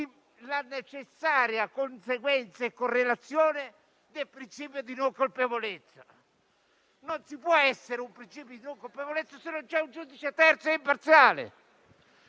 la necessaria conseguenza e correlazione del principio di non colpevolezza. Non ci può essere un principio di non colpevolezza se non c'è un giudice terzo e imparziale: